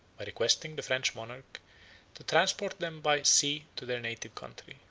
by requesting the french monarch to transport them by sea to their native country.